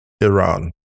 Iran